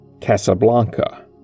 Casablanca